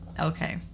okay